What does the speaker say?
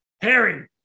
Harry